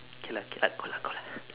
K lah K lah go lah go lah